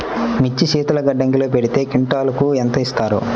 మిర్చి శీతల గిడ్డంగిలో పెడితే క్వింటాలుకు ఎంత ఇస్తారు?